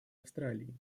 австралии